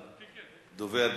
לדובר.